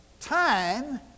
time